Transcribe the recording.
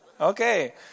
okay